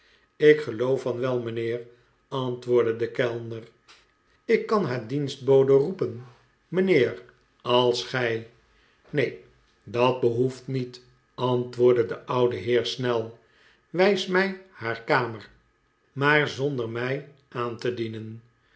ik geloof van wel mijnheer antwoordde de kellner ik kan haar dienstbode roepen mijnheer als gij neen dat behoeft niet antwoordde de oude heer snel wijs mij haar kamer maar zonder mij aan te dienen